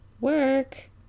Work